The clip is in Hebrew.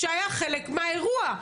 שהיה חלק מהאירוע,